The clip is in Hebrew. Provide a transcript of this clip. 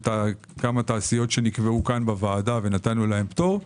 זה כמה תעשיות שנקבעו כאן בוועדה ונתנו להן פטור.